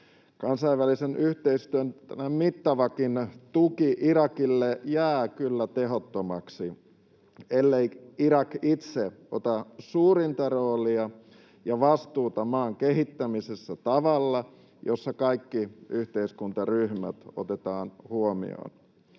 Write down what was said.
Kansainvälisen yhteistyön mittavakin tuki Irakille jää kyllä tehottomaksi, ellei Irak itse ota suurinta roolia ja vastuuta maan kehittämisessä tavalla, jossa kaikki yhteiskuntaryhmät otetaan huomioon.